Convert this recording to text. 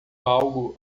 algo